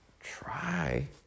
try